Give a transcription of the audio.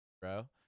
bro